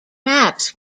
maps